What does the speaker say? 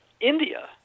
India